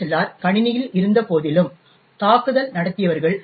R கணினியில் இருந்தபோதிலும் தாக்குதல் நடத்தியவர்கள் ஏ